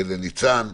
ולניצן,